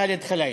ח'אלד ח'לאילה.